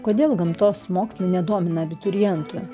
kodėl gamtos mokslai nedomina abiturientų